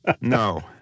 no